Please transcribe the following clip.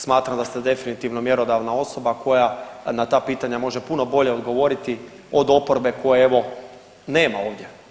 Smatram da ste definitivno mjerodavna osoba koja na ta pitanja može puno bolje odgovoriti od oporbe koje evo nema ovdje.